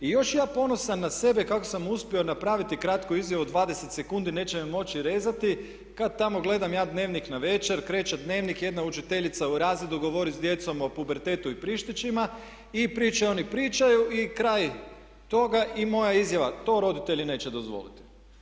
I još ja ponosan na sebe kako sam uspio napraviti kratku izjavu od 20 sekundi, neće me moći rezati kad tamo gledam ja Dnevnik navečer, kreće Dnevnik jedna učiteljica u razredu govori s djecom o pubertetu i prištićima i pričaju oni pričaju i kraj toga i moja izjava to roditelji neće dozvoliti.